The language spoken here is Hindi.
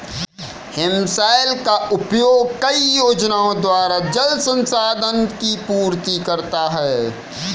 हिमशैल का उपयोग कई योजनाओं द्वारा जल संसाधन की पूर्ति करता है